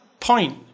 Point